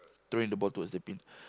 throwing the ball towards the pin